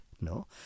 no